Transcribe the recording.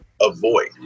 avoid